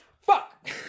Fuck